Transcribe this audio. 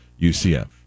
UCF